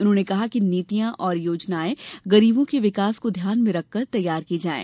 उन्होंने कहा कि नीतियाँ और योजनाएँ गरीबों के विकास को ध्यान में रखकर तैयार की जायें